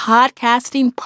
Podcasting